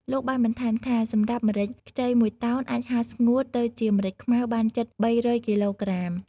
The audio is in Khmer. លោកបានបន្ថែមថា សម្រាប់ម្រេចខ្ចីមួយតោន អាចហាលស្ងួតទៅជាម្រេចខ្មៅបានជិត ៣០០ គីឡូក្រាម។